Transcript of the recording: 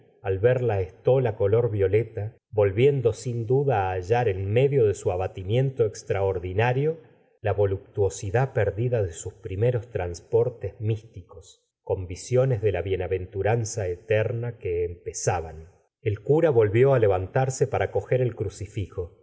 al ver la estola color violeta volviendo sin duda á hallar en medio de su abatimiento extraordinario la vo luptuosidad perdida de sus primeros transportes j gustavo flaubert místicos con vision s de la bienaventuranza eterna que empeza han el cura volvió á levantarse para coger el crucifijo